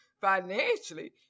financially